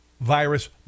virus